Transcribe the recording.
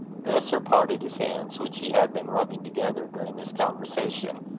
grocer parted his hands, which he had been rubbing together during this conversation,